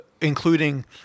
including